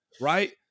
right